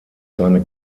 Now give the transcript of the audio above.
seine